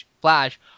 Flash